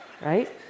right